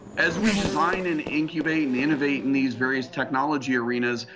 as we design and incubate and innovate in these various technology arenas,